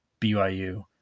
BYU